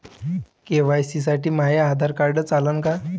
KYC साठी माह्य Aadhaar card चालन का?